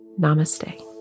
namaste